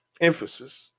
emphasis